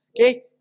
Okay